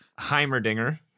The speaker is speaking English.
Heimerdinger